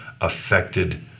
affected